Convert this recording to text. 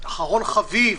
אחרון חביב.